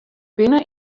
binne